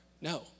No